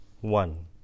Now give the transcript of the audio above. one